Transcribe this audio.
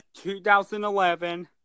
2011